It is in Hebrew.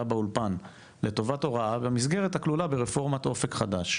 באולפן לטובת הוראה במסגרת הכלולה ברפורמת אופק חדש.